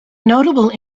notable